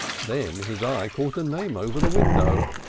then his eye caught a name over the window,